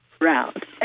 round